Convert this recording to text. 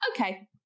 Okay